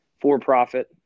for-profit